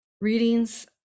readings